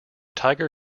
tiger